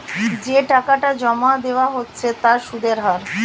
যে টাকাটা জমা দেওয়া হচ্ছে তার সুদের হার